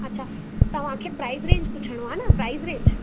अछा तव्हांखे price range पुछणो आहे न प्राइज रेंज